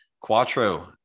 Quattro